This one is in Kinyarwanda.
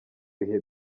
bihe